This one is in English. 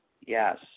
Yes